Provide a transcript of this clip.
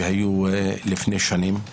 שהיו לפני שנים,